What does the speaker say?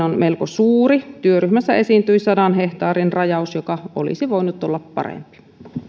on melko suuri työryhmässä esiintyi sadan hehtaarin rajaus joka olisi voinut olla parempi